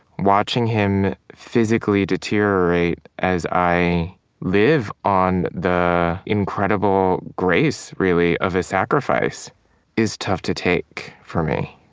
watching him physically deteriorate as i live on the incredible grace, really, of his sacrifice is tough to take for me